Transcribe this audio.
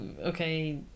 okay